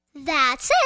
that's it.